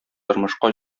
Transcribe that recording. тормышка